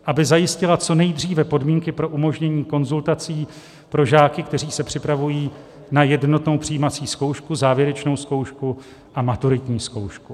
aby zajistila co nejdříve podmínky pro umožnění konzultací pro žáky, kteří se připravují na jednotnou přijímací zkoušku, závěrečnou zkoušku a maturitní zkoušku,